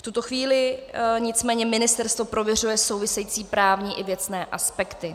V tuto chvíli nicméně ministerstvo prověřuje související právní a věcné aspekty.